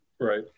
right